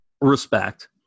Respect